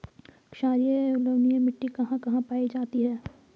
छारीय एवं लवणीय मिट्टी कहां कहां पायी जाती है?